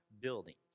buildings